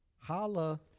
Holla